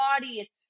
body